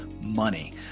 money